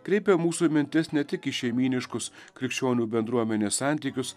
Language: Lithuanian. kreipia mūsų mintis ne tik į šeimyniškus krikščionių bendruomenės santykius